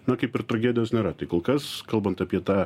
na kaip ir tragedijos nėra tai kol kas kalbant apie tą